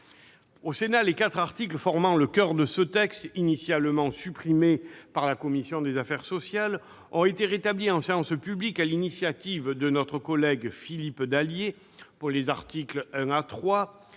Au Sénat, les quatre articles formant le coeur de cette proposition de loi, initialement supprimés par la commission des affaires sociales, ont été rétablis en séance publique sur l'initiative de notre collègue Philippe Dallier, pour les articles 1 à 3,